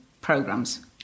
programs